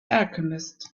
alchemist